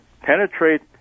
penetrate